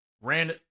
ran